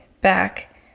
back